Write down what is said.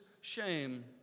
shame